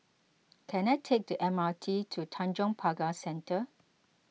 can I take the M R T to Tanjong Pagar Centre